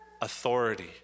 authority